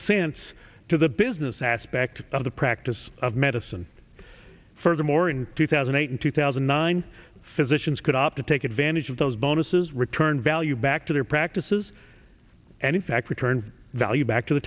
sense to the business aspect of the practice of medicine furthermore in two thousand and eight and two thousand and nine physicians could opt to take advantage of those bonuses return value back to their practices and in fact return value back to the